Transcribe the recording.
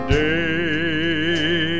day